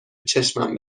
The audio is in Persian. چشمم